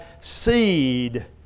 seed